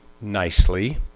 nicely